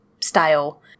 style